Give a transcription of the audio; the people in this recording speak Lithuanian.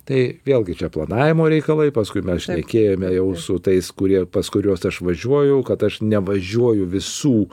tai vėlgi čia planavimo reikalai paskui mes šnekėjome jau su tais kurie pas kuriuos aš važiuoju kad aš nevažiuoju visų